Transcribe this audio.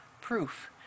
proof